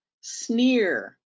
sneer